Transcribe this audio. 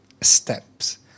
steps